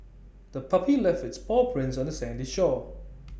the puppy left its paw prints on the sandy shore